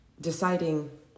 deciding